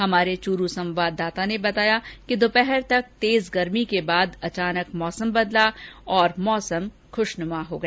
हमारे च्रूरू संवाददाता ने बताया कि दोपहर तक तेज गर्मी के बाद अचानक मौसम बदला और बारिश से मौसम खशनुमा हो गया